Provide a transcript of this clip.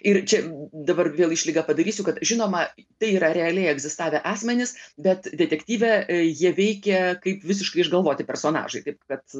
ir čia dabar vėl išlygą padarysiu kad žinoma tai yra realiai egzistavę asmenis bet detektyve jie veikia kaip visiškai išgalvoti personažai taip kad